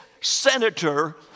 senator